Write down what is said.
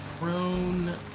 prone